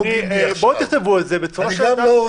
בואו תכתבו את זה בצורה שאדם מן